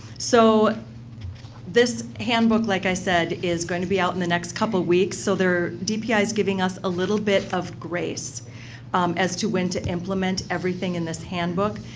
so this handbook, like i said, is going to be out in the next couple of weeks. so dpi is giving us a little bit of grace as to when to implement everything in this handbook.